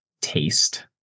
taste